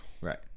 Right